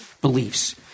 beliefs